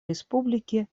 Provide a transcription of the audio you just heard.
республики